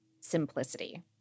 simplicity